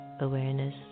awareness